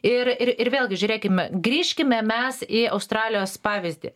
ir ir ir vėlgi žiūrėkime grįžkime mes į australijos pavyzdį